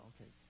okay